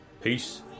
Peace